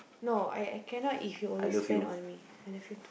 no I I cannot if you always spend on me I love you too